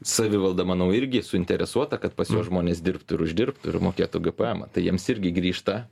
savivalda manau irgi suinteresuota kad pas juos žmonės dirbtų ir uždirbtų ir mokėtų gpmą tai jiems irgi grįžta